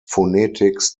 phonetics